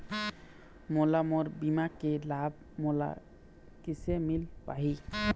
मोला मोर बीमा के लाभ मोला किसे मिल पाही?